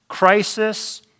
crisis